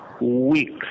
weeks